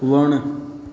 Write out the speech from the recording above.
वण